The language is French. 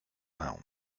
nahon